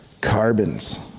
carbons